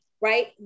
right